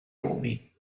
nomi